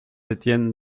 étienne